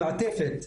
במעטפת.